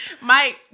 Mike